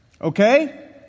Okay